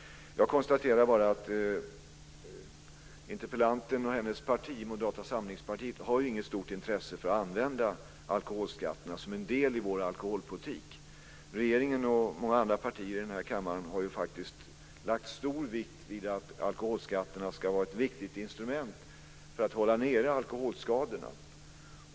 Jag konstaterar att interpellanten och hennes parti, Moderata samlingspartiet, inte har något stort intresse för att använda alkoholskatterna som en del i vår alkoholpolitik. Regeringen och många andra partier i den här kammaren har faktiskt lagt stor vikt vid att alkoholskatterna ska vara ett viktigt instrument för att hålla nere alkoholskadorna.